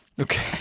Okay